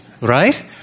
right